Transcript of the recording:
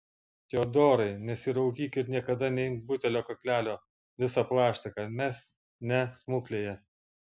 teodorai nesiraukyk ir niekada neimk butelio kaklelio visa plaštaka mes ne smuklėje